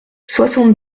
soixante